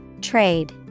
Trade